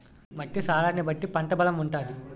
మట్టి సారాన్ని బట్టి పంట బలం ఉంటాది